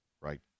right